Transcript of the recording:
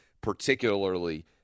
particularly